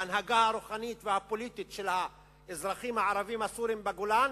ההנהגה הרוחנית והפוליטית של האזרחים הערבים הסורים בגולן